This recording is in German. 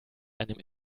einem